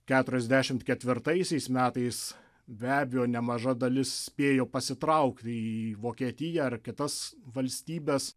keturiasdešimt ketvirtaisiais metais be abejo nemaža dalis spėjo pasitraukti į vokietiją ar kitas valstybes